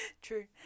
True